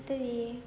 saturday